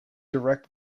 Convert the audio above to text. direct